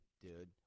dude